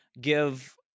give